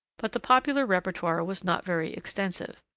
but the popular repertoire was not very extensive.